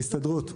הסתדרות.